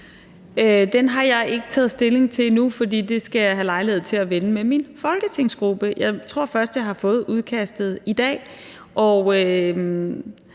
Den har jeg ikke taget stilling til endnu, for det skal jeg have lejlighed til at vende med min folketingsgruppe. Jeg tror, jeg først har fået udkastet i dag. Vi